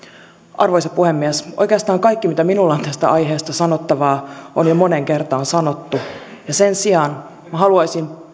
arvoisa puhemies oikeastaan kaikki mitä minulla on tästä aiheesta sanottavaa on jo moneen kertaan sanottu ja sen sijaan minä haluaisin